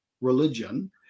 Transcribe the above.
religion